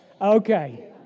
Okay